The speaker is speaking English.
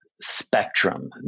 spectrum